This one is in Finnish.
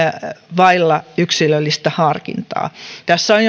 vailla yksilöllistä harkintaa tässä on